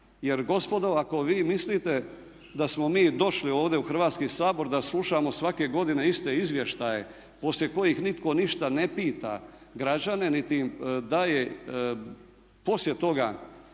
Jer gospodo ako vi mislite da smo mi došli ovdje u Hrvatski sabor da slušamo svake godine iste izvještaje poslije kojih nitko ništa ne pita građane, niti im daje poslije toga